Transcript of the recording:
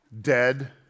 dead